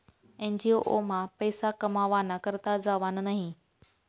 NGO मा पैसा कमावाना करता जावानं न्हयी